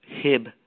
HIB